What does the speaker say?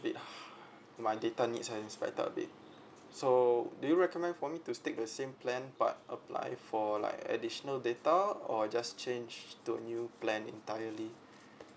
bit h~ my data needs have been spiked up a bit so do you recommend for me to stick the same plan but apply for like additional data or just change to new plan entirely